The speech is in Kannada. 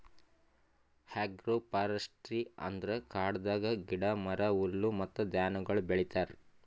ಆಗ್ರೋ ಫಾರೆಸ್ಟ್ರಿ ಅಂದುರ್ ಕಾಡದಾಗ್ ಗಿಡ, ಮರ, ಹುಲ್ಲು ಮತ್ತ ಧಾನ್ಯಗೊಳ್ ಬೆಳಿತಾರ್